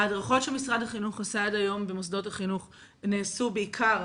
ההדרכות שמשרד החינוך עשה עד היום במוסדות החינוך נעשו בעיקר